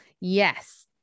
Yes